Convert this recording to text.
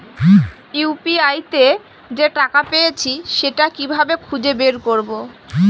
UPI তে যে টাকা পেয়েছি সেটা কিভাবে খুঁজে বের করবো?